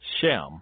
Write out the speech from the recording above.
Shem